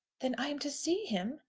then i am to see him?